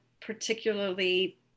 particularly